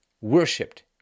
worshipped